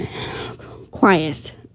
quiet